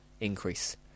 increase